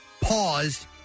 paused